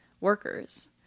workers